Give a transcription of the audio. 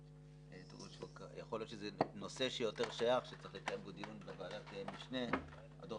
יכול להיות שיותר שייך לקיים בוועדת המשנה דיון על דוח